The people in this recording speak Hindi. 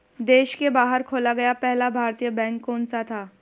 देश के बाहर खोला गया पहला भारतीय बैंक कौन सा था?